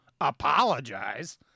apologize